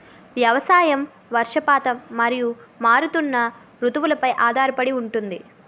వ్యవసాయం వర్షపాతం మరియు మారుతున్న రుతువులపై ఆధారపడి ఉంటుంది